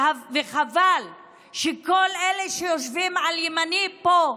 וחבל שכל אלה שיושבים לימיני פה,